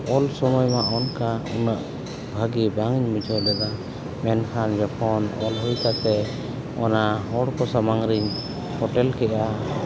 ᱚᱞ ᱥᱚᱢᱚᱭ ᱢᱟ ᱚᱱᱠᱟ ᱩᱱᱟᱹᱜ ᱵᱷᱟᱹᱜᱤ ᱵᱟᱧ ᱵᱩᱡᱷᱟᱹᱣ ᱞᱮᱫᱟ ᱢᱮᱱᱠᱷᱟᱱ ᱡᱚᱠᱷᱚᱱ ᱚᱞ ᱦᱩᱭ ᱠᱟᱛᱮᱫ ᱚᱱᱟ ᱦᱚᱲᱠᱚ ᱥᱟᱢᱟᱝ ᱨᱮᱧ ᱩᱯᱮᱞ ᱠᱮᱫᱟ